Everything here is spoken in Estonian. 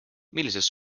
millises